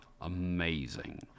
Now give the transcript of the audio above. amazing